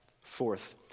Fourth